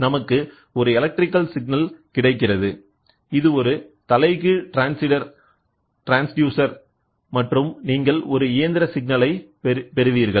நமக்கு ஒரு எலக்ட்ரிகல்சிக்னல் கிடைக்கிறதுஇது ஒரு தலைகீழ் ட்ரான்ஸ்டியூசர் மற்றும் நீங்கள் ஒரு இயந்திர சிக்னலை பெறுவீர்கள்